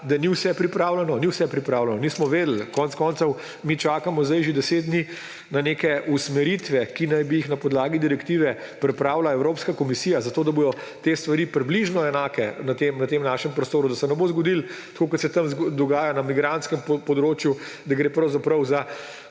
da ni vse pripravljeno; ni vse pripravljeno, nismo vedeli. Konec koncev mi čakamo zdaj že deset dni na neke usmeritve, ki naj bi jih na podlagi direktive pripravila Evropska komisija, zato da bodo te stvari približno enake na tem našem prostoru, da se ne bo zgodilo, tako kot se tam dogaja na migrantskem področju, da gre pravzaprav za